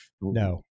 No